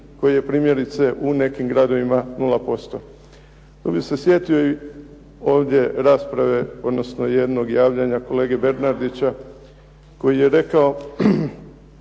koji je primjerice u nekim gradovima 0%. Tu bih se sjetio i rasprave odnosno jednog javljanja kolege Bernardića koji je rekao